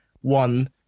one